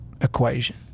equation